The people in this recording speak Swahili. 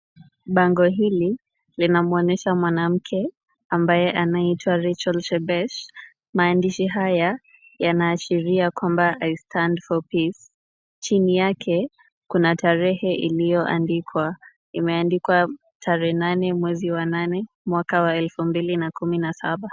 Bango hili linamwonyesha mwanamke ambaye anaitwa Rachel Shebesh. Maandishi haya yanaashiria kwamba i stand for peace . Chini yake kuna tarehe iliyoandikwa. Imeandikwa tarehe nane, mwezi wa nane, mwaka wa elfu mbili na kumi na saba.